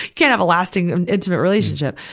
can't have a lasting, intimate relationship.